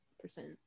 percent